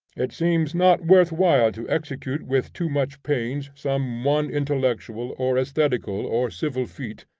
it seems not worth while to execute with too much pains some one intellectual, or aesthetical, or civil feat,